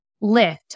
lift